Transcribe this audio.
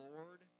Lord